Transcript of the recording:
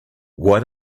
why